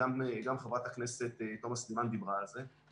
גם חברת הכנסת תומא סלימאן דיברה על זה.